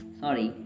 sorry